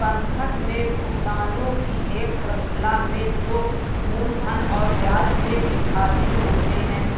बंधक में भुगतानों की एक श्रृंखला में जो मूलधन और ब्याज में विभाजित होते है